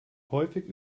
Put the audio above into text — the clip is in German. häufig